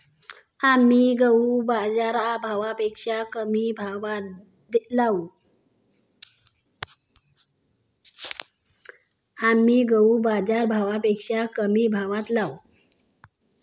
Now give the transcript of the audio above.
आम्ही गहू बाजारभावापेक्षा कमी भावात लावू